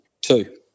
two